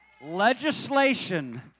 legislation